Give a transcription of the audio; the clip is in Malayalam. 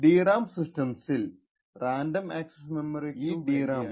DRAM സിസ്റ്റംസിൽ റാൻഡം അക്സസ്സ് മെമ്മോറിക്കു വേണ്ടിയാണു ഉപയോഗിക്കപ്പെടുന്നത്